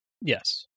Yes